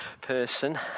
person